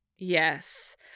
Yes